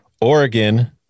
oregon